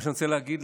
מה שאני רוצה להגיד,